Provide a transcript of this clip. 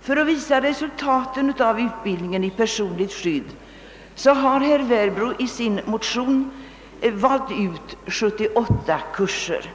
För att visa resultaten av utbildningen i personligt skydd har herr Werbro i sin motion valt ut 78 kurser.